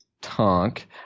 Tonk